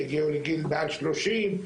הגיעו לגיל מעל 30,